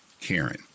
Karen